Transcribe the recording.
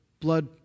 blood